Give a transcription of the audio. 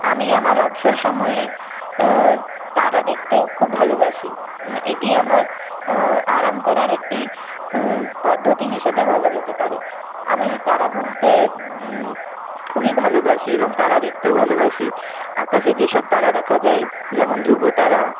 আমি আমার অবসর সময়ে তারা দেখতে খুব ভালোবাসি এটি আমার আরাম করার একটি পদ্ধতি হিসেবে বলা যেতে পারে আমি তারা গুনতে খুবই ভালবাসি এবং তারা দেখতেও ভালোবাসি আকাশে যে সব তারা দেখা যায় যেমন ধ্রুবতারা